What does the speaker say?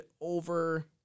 over